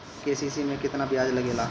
KCC में केतना ब्याज लगेला?